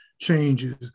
changes